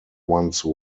once